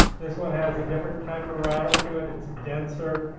this one has a different type of rattle to it, it's denser,